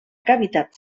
cavitat